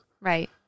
Right